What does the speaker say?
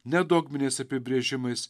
ne dogminiais apibrėžimais